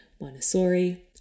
Montessori